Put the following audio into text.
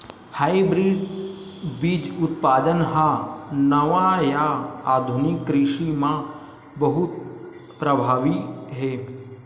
hybrid बीज उत्पादन हा नवा या आधुनिक कृषि मा बहुत प्रभावी हे